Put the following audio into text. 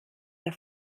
der